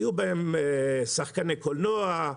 היו שחקני קולנוע,